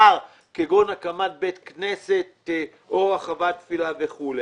כגון הקמת בית כנסת או רחבת תפילה וכולי.